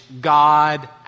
God